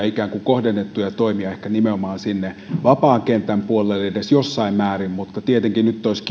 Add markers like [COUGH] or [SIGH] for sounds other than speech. [UNINTELLIGIBLE] ikään kuin kohdennettuja toimia ehkä nimenomaan sinne vapaan kentän puolelle edes jossain määrin mutta tietenkin nyt olisi [UNINTELLIGIBLE]